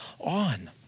on